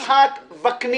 חבר הכנסת יצחק וקנין.